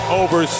over